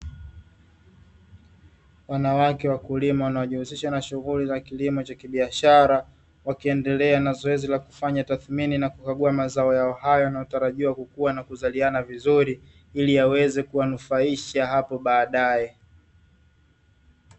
Wanawake wakulima wanojihusisha na shughuli za kilimo cha kibiashara, wakiendelea na zoezi la kufanya tathmini na kukagua mazao yao hayo yanayotarajiwa kukua na na kuzaliana vizuri, ili yaweze kuwanufaisha hapo baadaye.